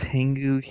Tengu